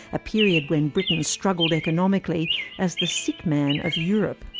a period when britain struggled economically as the sick man of europe.